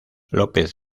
lópez